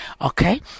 okay